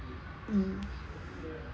mm